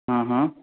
ہاں ہاں